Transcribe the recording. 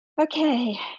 Okay